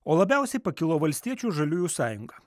o labiausiai pakilo valstiečių ir žaliųjų sąjunga